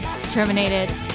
Terminated